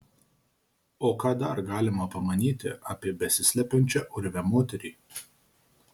o ką dar galima pamanyti apie besislepiančią urve moterį